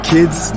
Kids